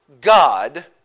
God